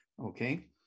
okay